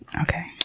Okay